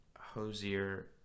Hosier